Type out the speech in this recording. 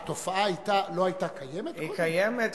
התופעה לא היתה קיימת קודם?